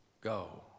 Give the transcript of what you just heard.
Go